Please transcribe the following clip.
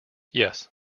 yes